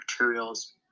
materials